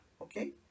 okay